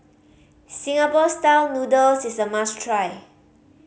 Singapore Style Noodles is a must try